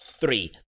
Three